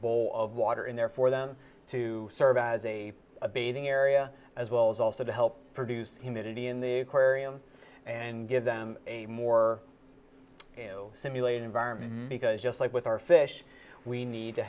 bowl of water in there for them to serve as a abating area as well as also to help produce humidity in the aquarium and give them a more simulated environment because just like with our fish we need to